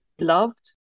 loved